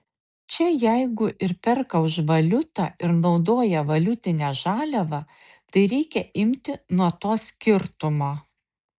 čia jeigu ir perka už valiutą ir naudoja valiutinę žaliavą tai reikia imti nuo to skirtumo